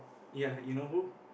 ya you know who